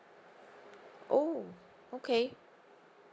oh okay